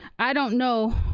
i don't know,